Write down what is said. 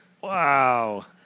Wow